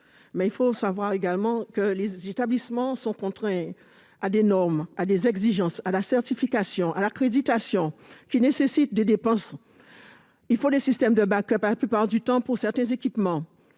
Mais il faut savoir également que les établissements sont contraints à des normes, à des exigences, à la certification, à l'accréditation. Tout cela nécessite des dépenses. Il faut des systèmes de pour certains équipements.